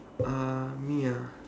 uh me ah